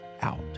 out